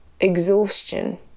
exhaustion